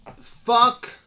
Fuck